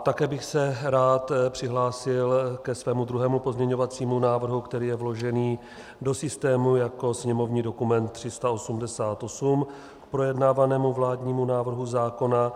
Také bych se rád přihlásil ke svému druhému pozměňovacímu návrhu, který je vložen do systému jako sněmovní dokument 388 k projednávanému vládnímu návrhu zákona.